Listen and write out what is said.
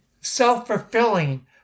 self-fulfilling